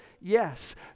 yes